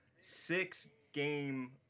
Six-game